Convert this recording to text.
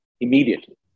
immediately